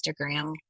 Instagram